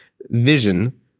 vision